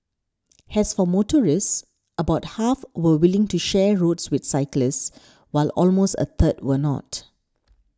as for motorists about half were willing to share roads with cyclists while almost a third were not